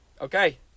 Okay